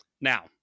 now